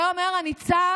את זה אומר הניצב